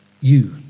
You